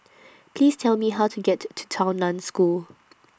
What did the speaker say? Please Tell Me How to get to to Tao NAN School